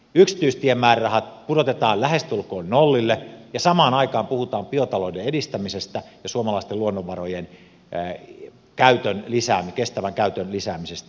yksityistiemäärärahat pudotetaan lähestulkoon nollille ja samaan aikaan puhutaan biotalouden edistämisestä ja suomalaisten luonnonvarojen kestävän käytön lisäämisestä